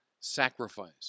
sacrifice